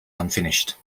unfinished